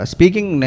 Speaking